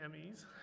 Emmys